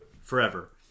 forever